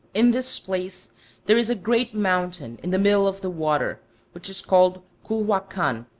in this place there is a great mountain in the middle of the water which is called culhuacan,